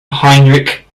heinrich